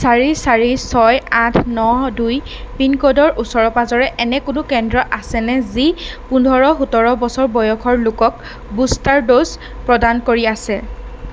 চাৰি চাৰি ছয় আঠ ন দুই পিনক'ডৰ ওচৰে পাঁজৰে এনে কোনো কেন্দ্ৰ আছেনে যি পোন্ধৰ সোতৰ বছৰ বয়সৰ লোকক বুষ্টাৰ ড'জ প্ৰদান কৰি আছে